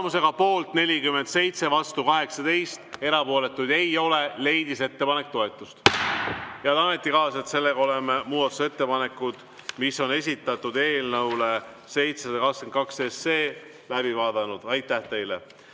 Tulemusega poolt 47, vastu 18, erapooletuid ei ole, leidis ettepanek toetust. Head ametikaaslased, oleme muudatusettepanekud, mis on esitatud eelnõu 722 kohta, läbi vaadanud. Aitäh teile!